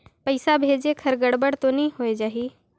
पइसा भेजेक हर गड़बड़ तो नि होए जाही?